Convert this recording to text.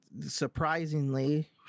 surprisingly